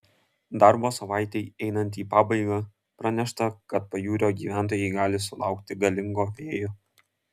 darbo savaitei einant į pabaigą pranešta kad pajūrio gyventojai gali sulaukti galingo vėjo